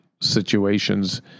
situations